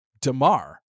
Damar